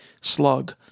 slug